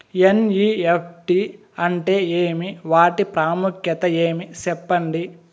NEFT అంటే ఏమి వాటి ప్రాముఖ్యత ఏమి? సెప్పండి?